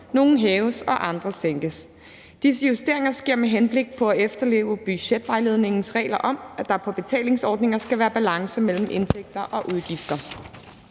Nogle hæves, og andre sænkes. Disse justeringer sker med henblik på at efterleve budgetvejledningens regler om, at der på betalingsordninger skal være balance mellem indtægter og udgifter.